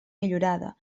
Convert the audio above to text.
millorada